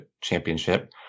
championship